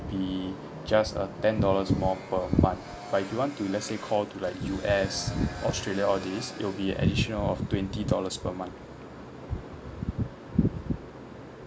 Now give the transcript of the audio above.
be just a ten dollars more per month but if you want to let's say call to like U_S australia all this it will be additional of twenty dollars per month